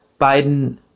Biden